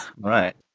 right